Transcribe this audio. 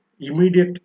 immediate